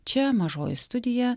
čia mažoji studija